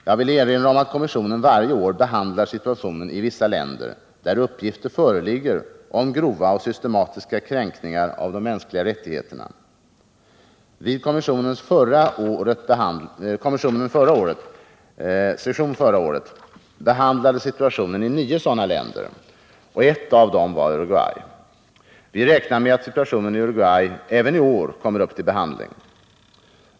Jag vill erinra om att kommissionen varje år behandlar situationen i vissa länder, där uppgifter föreligger om grova och systematiska kränkningar av de mänskliga rättigheterna. Vid kommissionens session förra året behandlades situationen i nio sådana länder, och ett av dem var Uruguay. Vi räknar med att situationen i Uruguay även i år kommer upp till behandling.